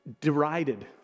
derided